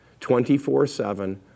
24/7